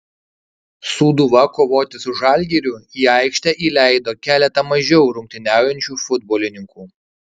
sūduva kovoti su žalgiriu į aikštę įleido keletą mažiau rungtyniaujančių futbolininkų